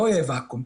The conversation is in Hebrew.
לא יהיה ואקום.